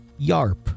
Yarp